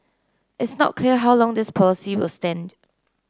it's not clear how long this policy will stand